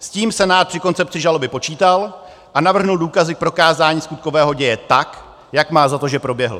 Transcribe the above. S tím Senát při koncepci žaloby počítal a navrhl důkazy k prokázání skutkového děje tak, jak má za to, že proběhl.